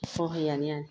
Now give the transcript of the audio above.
ꯍꯣꯏ ꯍꯣꯏ ꯌꯥꯅꯤ ꯌꯥꯅꯤ